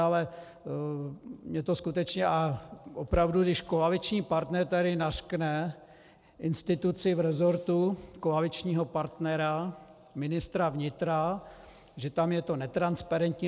Ale opravdu když koaliční partner tady nařkne instituci v resortu koaličního partnera ministra vnitra, že tam je to netransparentní...